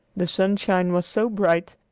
the sunshine was so bright,